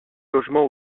logement